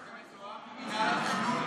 עם מינהל התכנון?